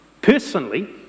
Personally